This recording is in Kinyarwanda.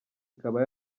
ikaba